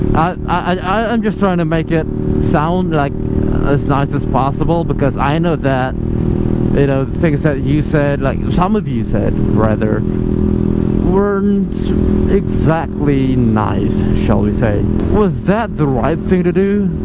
i'm just trying to make it sound like as nice as possible because i know that that you know things that you said like some of you said rather weren't exactly nice shall we say was that the right thing to do?